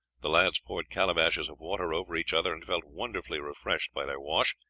the lads poured calabashes of water over each other, and felt wonderfully refreshed by their wash,